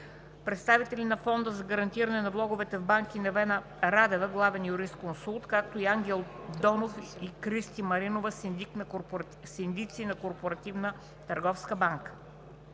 представители на Фонда за гарантиране на влоговете в банките – Невена Радева – главен юрисконсулт, както и Ангел Донов и Кристи Маринова – синдици на Корпоративната търговска банка.